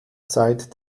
zeit